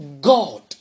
God